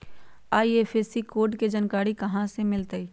IFSC code के जानकारी कहा मिलतई